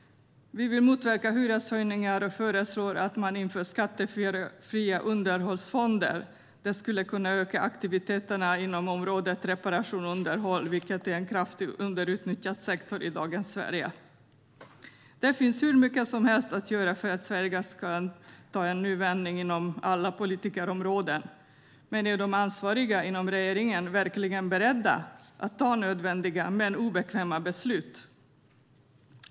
Vi vill motverka hyreshöjningar och föreslår att man inför skattefria underhållsfonder. Det skulle kunna öka aktiviteterna inom området reparation och underhåll, vilket är en kraftigt underutnyttjad sektor i dagens Sverige. Det finns hur mycket som helst att göra för att Sverige ska ta en ny vändning inom alla politikområden. Men är de ansvariga inom regeringen verkligen beredda att ta nödvändiga men obekväma beslut?